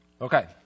Okay